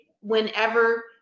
whenever